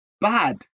bad